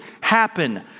happen